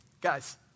guys